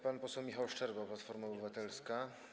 Pan poseł Michał Szczerba, Platforma Obywatelska.